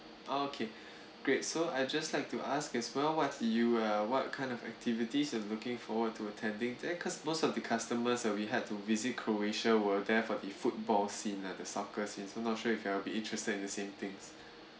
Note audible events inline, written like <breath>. okay <breath> great so I just like to ask as well what you uh what kind of activities you're looking forward to attending to cause most of the customers that we had to visit croatia were there for the football scene ah the soccer scene so I'm not sure if you will be interested in the same things